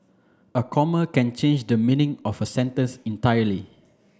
a comma can change the meaning of a sentence entirely